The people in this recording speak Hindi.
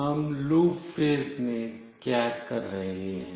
अब लूप फेज़ में हम क्या कर रहे हैं